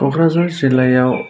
क'क्राझार जिल्लायाव